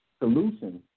solution